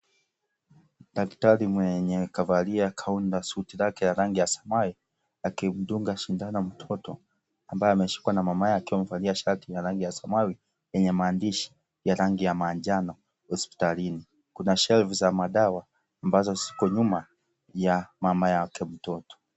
Daktari mwenye kavalia kaunda suti lake yenye rangi ya samawi akimdunga sindano mtoto, ambaye ameshikwa na mama yake amevalia shati ya rangi ya samawi yenye maandishi ya rangi ya manjano hospitalini. Kuna shelves za madawa ambazo ziko nyuma yake mama mtoto.